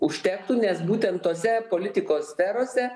užtektų nes būtent tose politikos sferose